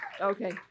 Okay